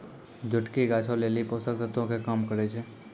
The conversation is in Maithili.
जोटकी गाछो लेली पोषक तत्वो के काम करै छै